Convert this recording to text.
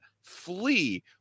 flee